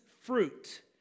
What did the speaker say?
fruit